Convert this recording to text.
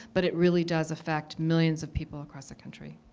but it really does affect millions of people across the country.